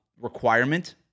requirement